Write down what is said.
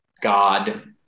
God